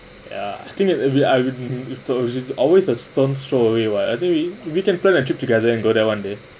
ya I think it will be I will be always a stone's show away [what] I think we we can plan a trip together and go there one day